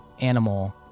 animal